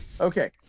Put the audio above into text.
okay